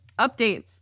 Updates